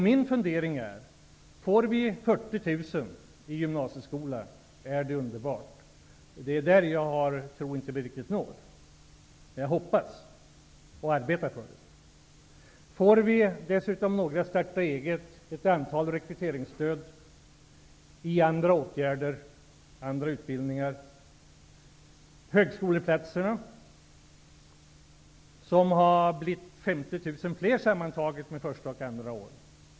Min fundering är: Får vi 40 000 i gymnasieskola, är det underbart. Det är det jag inte riktigt tror att vi når, men jag hoppas och arbetar för det. Dessutom får vi några ''Starta eget'', ett antal rekryteringsstöd, utbildningar och andra åtgärder. Högskoleplatserna har blivit 50 000 fler, första och andra året sammantaget.